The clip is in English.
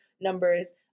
numbers